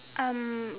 um